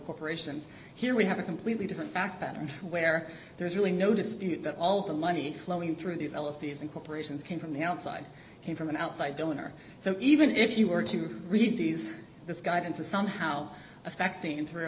corporation here we have a completely different back pattern where there is really no dispute that all the money flowing through these relatives and corporations came from the outside came from an outside donor so even if you were to read these misguided to somehow a fact seen through